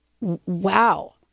Wow